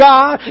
God